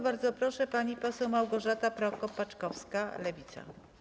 Bardzo proszę, pani poseł Małgorzata Prokop-Paczkowska, Lewica.